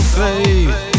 faith